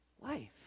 life